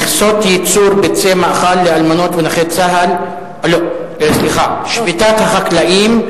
בנושא: שביתת החקלאים.